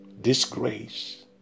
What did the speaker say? disgrace